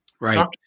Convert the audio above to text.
Right